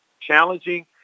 challenging